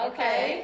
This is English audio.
Okay